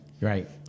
right